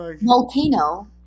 Volcano